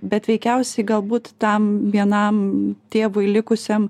bet veikiausiai galbūt tam vienam tėvui likusiam